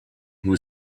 who